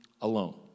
alone